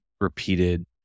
repeated